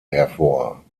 hervor